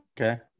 Okay